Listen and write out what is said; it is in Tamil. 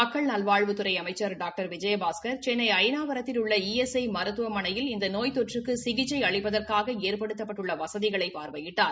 மக்கள் நல்வாழ்வுத்துறை அமைச்சர் டாக்டர் விஜயபாஸ்கர் சென்ளை அயனாவரத்தில் உள்ள இ எஸ் ஐ மருத்துவமனயில் இந்த நோய் தொற்றுக்கு சிகிச்சை அளிப்பதற்காக ஏற்படுத்தப்பட்டுள்ள வசதிகளை பார்வையிட்டார்